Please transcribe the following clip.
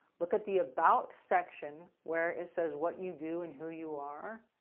look at the about section where it says what you do, and who you are.